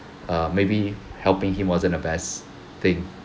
err maybe helping him wasn't the best thing